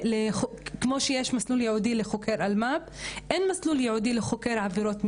כמו שיש מסלול ייעודי לחוקר אלמ"ב אין מסלול ייעודי לחוקר עבירות מין,